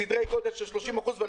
בסדרי גודל של 30% עוד לפני האירוע